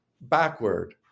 backward